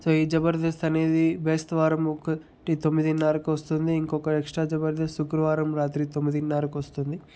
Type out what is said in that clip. so ఈ జబర్దస్త్ అనేది బేస్తవారం ఒకటి తొమ్మిదిన్నరకు వస్తుంది ఇంకొక ఎక్స్ట్రా జబర్దస్త్ శుక్రవారం రాత్రి తొమ్మిదిన్నరకు వస్తుంది